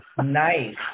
Nice